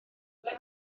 ble